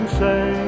say